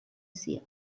sehr